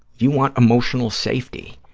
you want emotional safety.